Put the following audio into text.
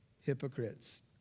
hypocrites